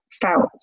felt